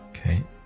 Okay